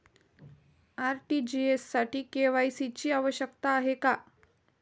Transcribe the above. RTGS साठी KYC ची आवश्यकता आहे का?